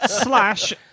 Slash